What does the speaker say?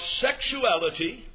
sexuality